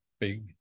big